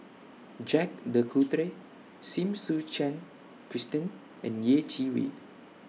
Jacques De Coutre Seen Suchen Christine and Yeh Chi Wei